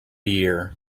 year